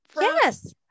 yes